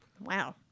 Wow